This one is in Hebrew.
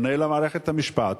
פונה למערכת המשפט,